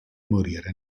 morire